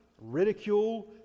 ridicule